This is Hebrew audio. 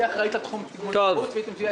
והיא אחראית על תחום --- והיא תוכל